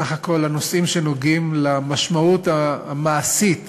בסך הכול הנושאים שנוגעים למשמעות המעשית